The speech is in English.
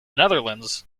netherlands